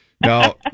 Now